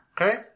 Okay